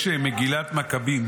יש מגילת מקבים,